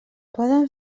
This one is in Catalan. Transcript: poden